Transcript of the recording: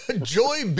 Joy